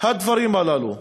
הדברים הללו.